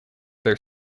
their